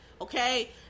okay